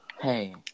Hey